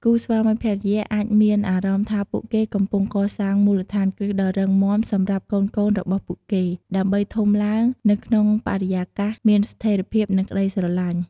គូស្វាមីភរិយាអាចមានអារម្មណ៍ថាពួកគេកំពុងកសាងមូលដ្ឋានគ្រឹះដ៏រឹងមាំសម្រាប់កូនៗរបស់ពួកគេ ដើម្បីធំឡើងនៅក្នុងបរិយាកាសមានស្ថេរភាព និងក្តីស្រឡាញ់។